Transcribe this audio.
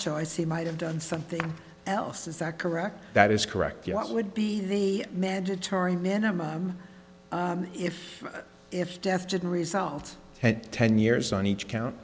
choice he might have done something else is that correct that is correct yes it would be the mandatory minimum if if death didn't result in ten years on each count